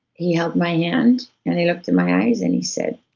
he held my hand, and he looked in my eyes and he said,